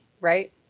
right